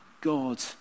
God